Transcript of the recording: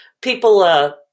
people